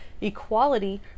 equality